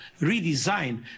redesign